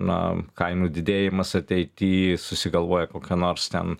na kainų didėjimas ateity susigalvoja kokią nors ten